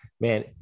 Man